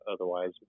otherwise